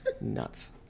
nuts